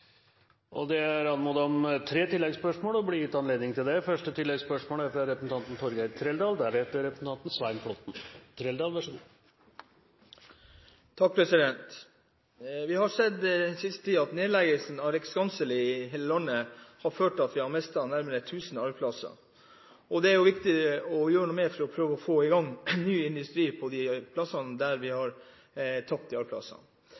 ville det vært fint om det hadde vært bredere politisk enighet om. Det blir gitt anledning til tre oppfølgingsspørsmål – først Torgeir Trældal. Vi har i den siste tiden sett at nedleggelsen av REC Scancell i hele landet har ført til at vi har mistet nærmere 1 000 arbeidsplasser. Det er viktig å gjøre noe for å prøve å få i gang ny industri der vi